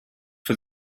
for